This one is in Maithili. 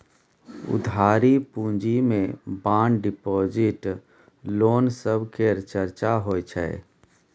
उधारी पूँजी मे बांड डिपॉजिट, लोन सब केर चर्चा होइ छै